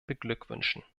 beglückwünschen